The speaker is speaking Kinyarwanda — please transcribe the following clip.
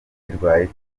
zirwaye